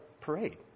parade